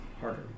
harder